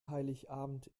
heiligabend